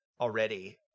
already